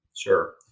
Sure